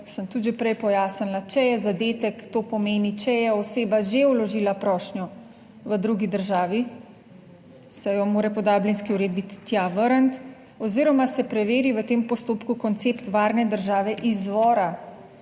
sem tudi že prej pojasnila. Če je zadetek, to pomeni, če je oseba že vložila prošnjo v drugi državi, se jo mora po Dublinski uredbi tja vrniti oziroma se preveri v tem postopku koncept varne države izvora.